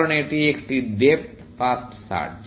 কারণ এটি একটি ডেপ্থ ফার্স্ট সার্চ